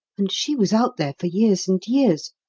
and she was out there for years and years.